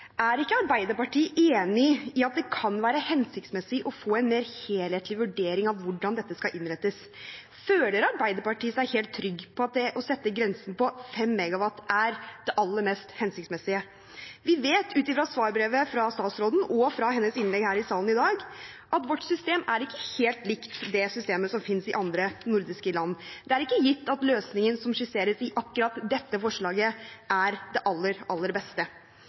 Er ikke Arbeiderpartiet enig i at det kan være hensiktsmessig å få en mer helhetlig vurdering av hvordan dette skal innrettes? Føler Arbeiderpartiet seg helt trygg på at det å sette grensen på 5 MW er det aller mest hensiktsmessige? Vi vet ut fra svarbrevet fra statsråden og fra hennes innlegg her i salen i dag at vårt system ikke er helt likt det systemet som finnes i andre nordiske land. Det er ikke gitt at løsningen som skisseres i akkurat dette forslaget, er det aller, aller beste.